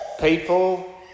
People